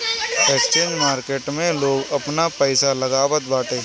exchange market में लोग आपन पईसा लगावत बाटे